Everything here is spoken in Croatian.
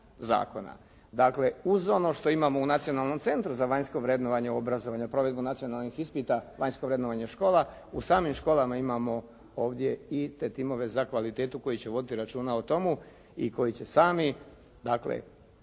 Dakle, uz ono što imamo u Nacionalnom centru za vanjsko vrednovanje obrazovanja, provedbu nacionalnih ispita, vanjsko vrednovanje škola, u samim školama imamo ovdje i te timove za kvalitetu koji će voditi računa o tomu i koji će sami dakle